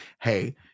Hey